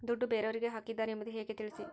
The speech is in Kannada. ದುಡ್ಡು ಬೇರೆಯವರಿಗೆ ಹಾಕಿದ್ದಾರೆ ಎಂಬುದು ಹೇಗೆ ತಿಳಿಸಿ?